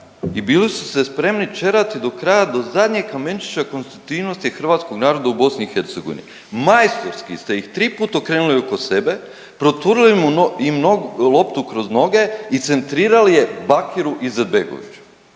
i bili su se spremni ćerati do kraja, do zadnjeg kamenčića konstitutivnosti hrvatskog naroda u BiH. Majstorski ste ih triput okrenuli oko sebe, proturili im nogu, loptu kroz noge i centrirali je Bakiru Izetbegoviću